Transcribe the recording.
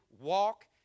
walk